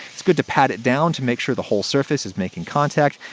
it's good to pat it down, to make sure the whole surface is making contact.